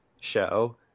show